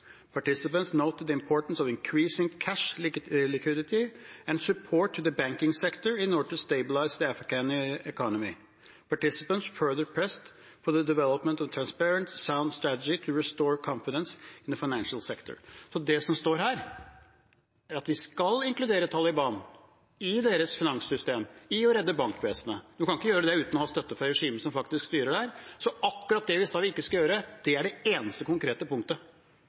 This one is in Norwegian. support to the banking sector in order to help stabilize the Afghan economy. Participants further pressed for the development of a transparent, sound strategy to restore confidence in the financial sector.» Det som står her, er at vi skal inkludere Taliban – i deres finanssystem, i å redde bankvesenet. Man kan ikke gjøre det uten å ha støtte fra regimet som faktisk styrer der. Så akkurat det vi sa vi ikke skulle gjøre, er det eneste konkrete punktet.